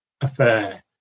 affair